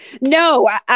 No